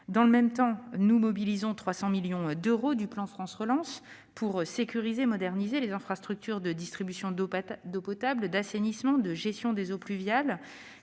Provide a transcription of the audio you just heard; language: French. Dans le même temps, le Gouvernement mobilise 300 millions d'euros du plan France Relance, pour sécuriser et moderniser les infrastructures de distribution d'eau potable, d'assainissement et de gestion des eaux pluviales.